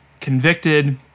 convicted